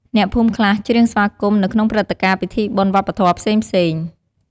អ្នកភូមិខ្លះច្រៀងស្វាគមន៍ នៅក្នុងព្រឹត្តិការណ៍ពិធីបុណ្យវប្បធម៌ផ្សេងៗ។